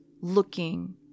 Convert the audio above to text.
looking